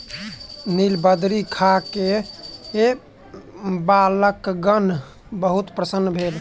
नीलबदरी खा के बालकगण बहुत प्रसन्न भेल